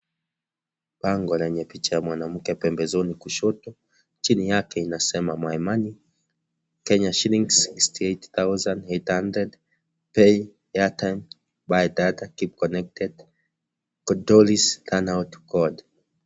Pambo lenye picha ya mwanamke pembezoni kushoto, chini yake inasema: My Money – KSh 68,800 . Pay Airtime, Buy Data, Keep Connected, Kodris – Learn How to Code (cs).